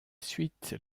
suite